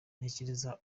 ntekereza